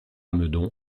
meudon